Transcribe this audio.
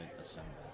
assembled